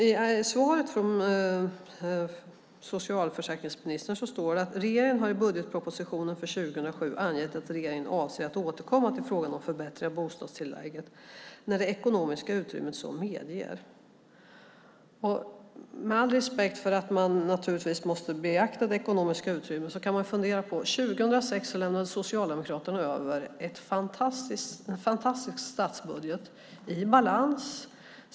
I svaret från socialförsäkringsministern står det: "Regeringen har i budgetpropositionen för 2007 angett att regeringen avser att återkomma till frågan om förbättringar av bostadstillägget när det ekonomiska utrymmet så medger." Med all respekt för att man naturligtvis måste beakta det ekonomiska utrymmet kan man fundera på detta. År 2006 lämnade Socialdemokraterna över en fantastisk statsbudget i balans.